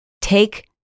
Take